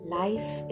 life